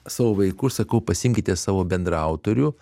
savo vaiku sakau pasiimkite savo bendraautorių